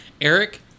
Eric